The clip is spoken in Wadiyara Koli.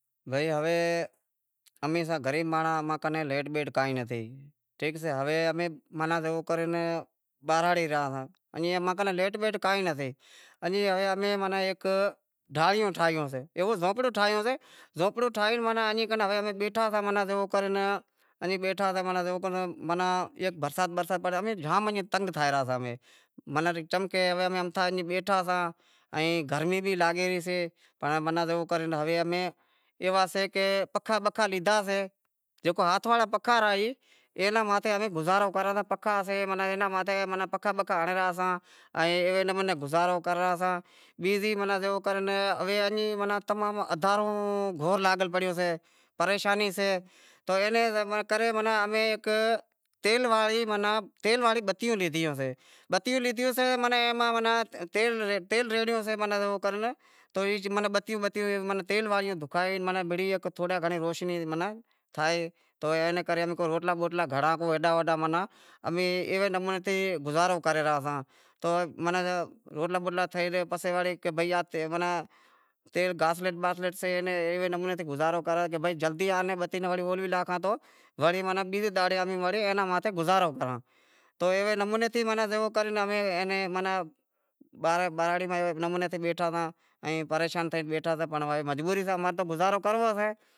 ہوے امیں ساں گریب مانڑاں امیں کنیں لیٹ بیٹ کائی نتھی، ہوے امیں زیوو کر بہراڑی را ساں ایئں امیں کن لیٹ بیٹ کائی نتھی انج امی ہیک ڈھانڑیوں ٹھایوں سیں کیووں زونپڑیوں ٹھائیوں سیں زونپیوں ٹھائے ایں امیں بیٹھا ہتا زیوو کر ایئں بیٹھا ہتا زیوو کر ہیک برسات برسات پڑے امیں زام تنگ تھائے رہا تا امیں چمکہ ام ایئں بیٹھا ہتا ایئں گرمی بھی لاگے رہی سےپنڑ زیوو کر ہوے امیں ایوا سے کہ پکھا بکھا لیدہا سے جیکو ہاتھ واڑا پنکھا رہا ای ایناں ماتھے ہمیں گزارو کراں ساں پنکھاں سیں ماناں ایناں ماتھے پنکھا بنکھا ہنڑے رہاساں ایوے نمونے گزارو کراں ساں بیزی ماناں زیوو کر ایوی ماناں تمام اندھاروں گھور لاگل پڑیو سے پریشانی سے تو اینے کرے امیں ہیک تیل واڑیوں بتیوں لیدہیوں سیں، بتیوں لیدہیوں سیں ماناں ایما ماناںتیل ریڑہیوں سیں ماناں بتیوں بتیوں تیل واڑیوں بڑی تھوڑی گھنڑی روشنی ماناں تھائے تو اینے کرے امیں روٹلا بوٹلا گھنڑاں کو ہیڈاں ہوڈاں ماناں امیں ایوے نمونے تے گزارو کرے رہاساں تو ماناں روٹلا بوٹلا تھئی زائیں ماناں تیل گاسلیٹ باسلیٹ سے ماناں ایوے نمونے تے گزارو کراں کہ بھئی جلدی بتی ناں اولہوی ناکھاں تو وری بیزے دہاڑے ایناں ماتھے ماناں گزارو کراں تو ایوے نمونے تی جیوو کر امیں ماناں بہراڑی ماہہیکے نمونے بیٹھا ساں ائیں پریشان تھئی بیٹھا ساں پنڑ مجبوری سے اماری تو گزارو کرنڑو سے۔